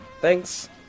Thanks